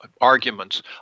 Arguments